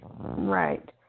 right